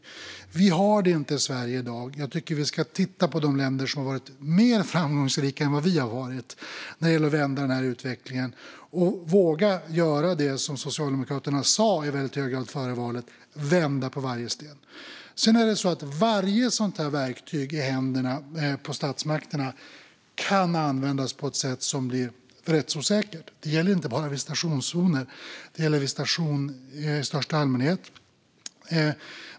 Sverige har inte detta i dag, och jag tycker att vi ska titta på de länder som har varit mer framgångsrika än vad vi har varit med att vända denna utveckling och våga göra det Socialdemokraterna sa före valet: vända på varje sten. Varje sådant här verktyg i händerna på statsmakterna kan användas på ett sätt som blir rättsosäkert. Det gäller inte bara visitationszoner utan visitation i största allmänhet.